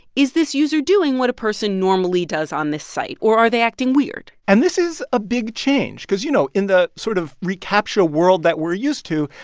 is this user doing what a person normally does on this site, or are they acting weird? and this is a big change because, you know, in the sort of recaptcha world that we're used to,